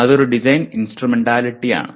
അതൊരു ഡിസൈൻ ഇൻസ്ട്രുമെന്റാലിറ്റിയാണ്